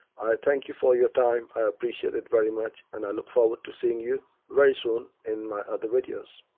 thank you for your time. i appreciate it very much and i look forward to seeing you very soon in my other videos.